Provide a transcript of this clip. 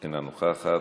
אינה נוכחת,